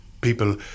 people